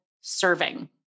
serving